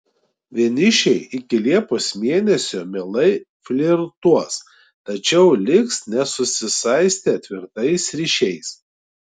vienišiai iki liepos mėnesio mielai flirtuos tačiau liks nesusisaistę tvirtais ryšiais